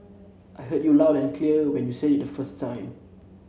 I heard you loud and clear when you said it the first time